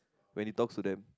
when he talked to them